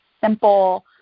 simple